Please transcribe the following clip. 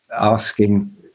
asking